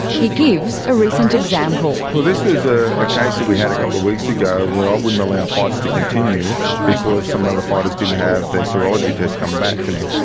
he gives a recent example. well, this was ah a case that we had a couple of weeks ago where i wouldn't allow fights to continue because some of the fighters didn't have their serology tests come back to me.